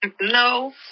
No